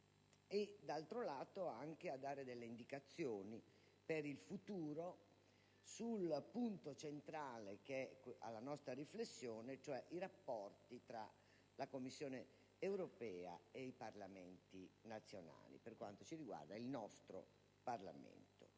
e, d'altro lato, anche a dare delle indicazioni per il futuro sul punto centrale che è alla nostra riflessione, cioè i rapporti tra la Commissione europea e i Parlamenti nazionali (per quanto ci riguarda il nostro Parlamento).